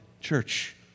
church